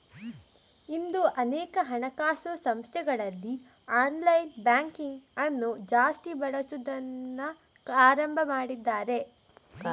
ಇಂದು ಅನೇಕ ಹಣಕಾಸು ಸಂಸ್ಥೆಗಳಲ್ಲಿ ಆನ್ಲೈನ್ ಬ್ಯಾಂಕಿಂಗ್ ಅನ್ನು ಜಾಸ್ತಿ ಬಳಸುದನ್ನ ಆರಂಭ ಮಾಡಿದ್ದಾರೆ